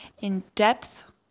in-depth